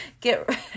Get